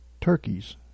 turkeys